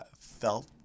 felt